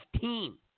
team